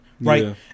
right